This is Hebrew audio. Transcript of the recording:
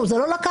וזה לא לקחת,